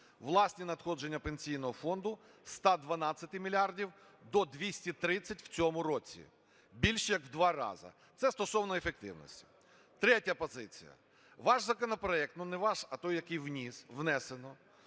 власні надходження Пенсійного фонду – зі 112 мільярдів до 230 в цьому році – більше як в 2 рази. Це стосовно ефективності. Третя позиція. Ваш законопроект, ну, не ваш, а той, який внесено,